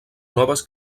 noves